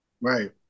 right